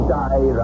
die